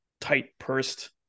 tight-pursed